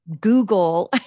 Google